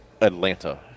Atlanta